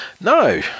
No